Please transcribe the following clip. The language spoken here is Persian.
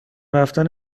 رفتن